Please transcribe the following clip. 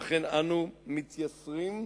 ואכן, אנו מתייסרין וקונין,